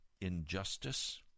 injustice